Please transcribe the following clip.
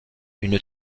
une